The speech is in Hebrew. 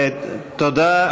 תודה.